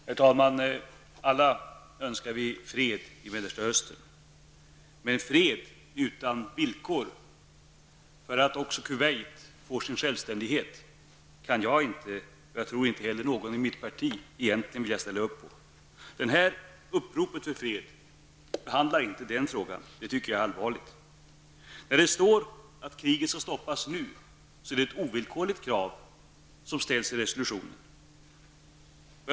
Herr talman! Alla önskar vi fred i Mellersta Östern, men en fred utan villkor och utan att också Kuwait får sin självständighet kan inte jag -- och jag tror inte heller någon annan i mitt parti -- ställa upp på. Detta upprop för fred behandlar inte den frågan, vilket jag tycker är allvarligt. När det står att kriget skall stoppas nu, är det ett ovillkorligt krav som ställs i resolutionen.